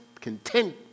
content